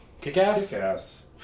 kick-ass